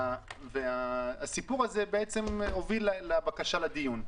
הסיפור הזה הוביל לבקשה לדיון.